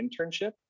internship